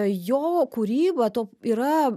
jo kūryba to yra